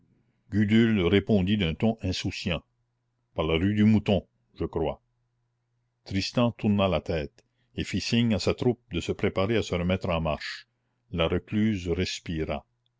gudule répondit d'un ton insouciant par la rue du mouton je crois tristan tourna la tête et fit signe à sa troupe de se préparer à se remettre en marche la recluse respira